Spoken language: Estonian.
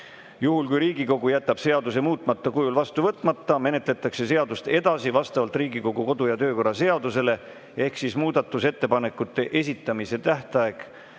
Juhul kui Riigikogu jätab seaduse muutmata kujul vastu võtmata, menetletakse seadust edasi vastavalt Riigikogu kodu‑ ja töökorra seadusele ehk tuleb määrata muudatusettepanekute esitamise tähtaeg